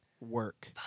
work